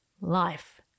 Life